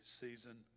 season